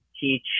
teach